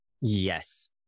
Yes